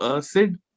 Sid